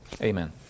Amen